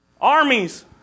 Armies